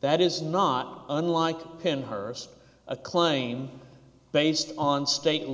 that is not unlike pin her wrist a claim based on state